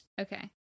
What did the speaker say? Okay